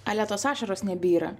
ale tos ašaros nebyra